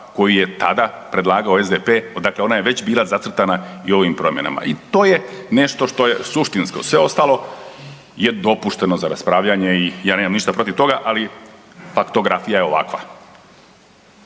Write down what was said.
koju je tada predlagao SDP, dakle ona je već bila zacrtana i u ovim promjenama i to je nešto što je suštinsko, sve ostalo je dopušteno za raspravljanje i ja nemam ništa protiv toga, ali faktografija je ovakva.